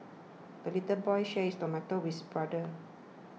the little boy shared his tomato with brother